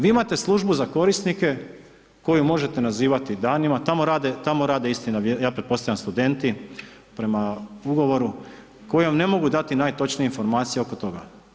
Vi imate Službu za korisnike koju možete nazivati danima, tamo rade istina, ja pretpostavljam studenti, prema ugovoru kojem ne mogu dati najtočnije informacije oko toga.